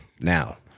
Now